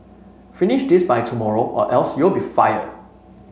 finish this by tomorrow or else you'll be fired